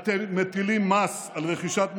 אם אתם רוצים מספר מדויק,